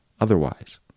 otherwise